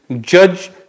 judge